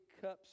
cups